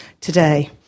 today